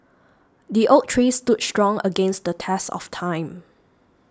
the oak tree stood strong against the test of time